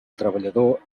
treballador